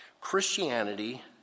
Christianity